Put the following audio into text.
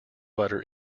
butter